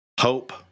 Hope